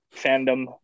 fandom